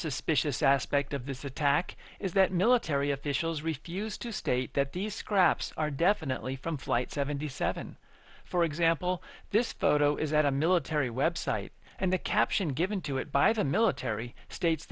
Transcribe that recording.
suspicious aspect of this attack is that military officials refused to state that these scraps are definitely from flight seventy seven for example this photo is at a military web site and the caption given to it by the military states